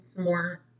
More